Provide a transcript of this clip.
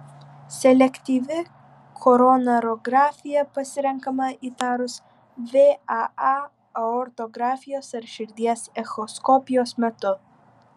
selektyvi koronarografija pasirenkama įtarus vaa aortografijos ar širdies echoskopijos metu